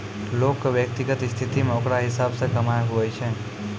लोग के व्यक्तिगत स्थिति मे ओकरा हिसाब से कमाय हुवै छै